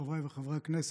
חברות וחברי הכנסת,